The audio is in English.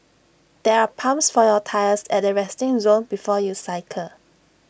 there are pumps for your tyres at the resting zone before you cycle